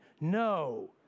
No